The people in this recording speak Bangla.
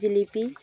জিলিপি